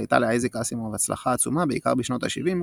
הייתה לאייזק אסימוב הצלחה עצומה בעיקר בשנות השבעים,